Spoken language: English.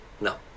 No